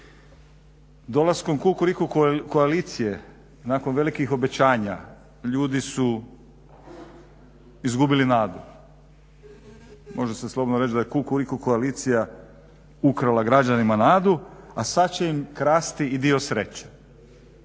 Dolaskom kukuriku koalicije nakon velikih obećanja ljudi su izgubili nadu. Može se slobodno reći da je kukuriku koalicija ukrala građanima nadu a sada će im krasti i dio sreće.